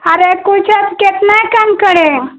अरे कुछ अब कितना कम करें